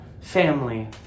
family